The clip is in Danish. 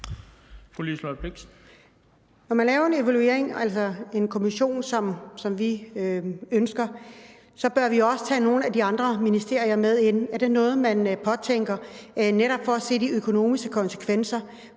Når man laver en evaluering, altså en kommission, som vi ønsker, så bør vi også tage nogle af de andre ministerier med ind. Er det noget, man påtænker – netop for at se de økonomiske konsekvenser?